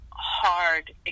hard